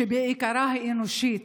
שבעיקרה היא אנושית,